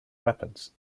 weapons